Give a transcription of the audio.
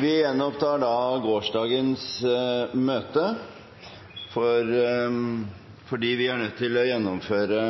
Vi gjenopptar da gårsdagens møte, for vi er nødt til å gjennomføre